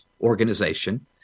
organization